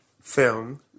film